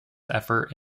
effort